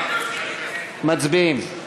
מצביעים.